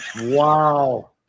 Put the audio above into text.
Wow